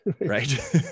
right